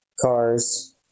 cars